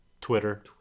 Twitter